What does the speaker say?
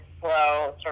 slow